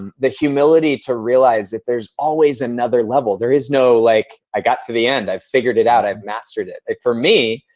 and the humility to realize that there's always another level, there is no like, i got to the end. i figured it out. i mastered it. for me,